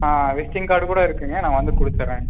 ஆ visiting card கூட இருக்குங்க நான் வந்து கொடுத்தடுறேன்